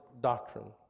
doctrine